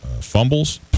fumbles